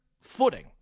footing